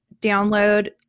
download